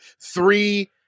three